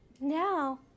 now